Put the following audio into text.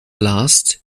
last